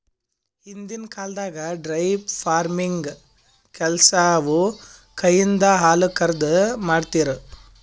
ಹಿಂದಿನ್ ಕಾಲ್ದಾಗ dairy farming ಕೆಲಸವು ಕೈಯಿಂದ ಹಾಲುಕರೆದು, ಮಾಡ್ತಿರು